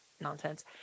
nonsense